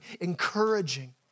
encouraging